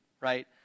right